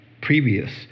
previous